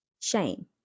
shame